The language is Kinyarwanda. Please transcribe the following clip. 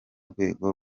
rwego